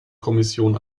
kommission